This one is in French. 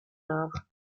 arts